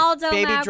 baby